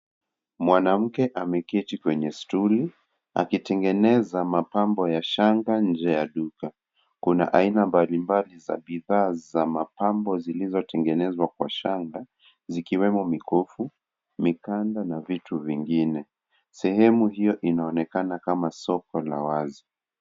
Mwanamke ameketi kwenye stuli, akitengeneza mapambo ya shanga nje ya duka. Kuna aina mbali mbali za bidhaa za mapambo zilizo tengenezwa kwa shanga zikiwemo mikofu, mikanga na vitu vingine. Sehemu hiyo inaonekana kama soko la wazi.